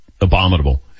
abominable